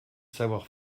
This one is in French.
savoir